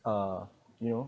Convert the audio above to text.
uh you know